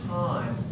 time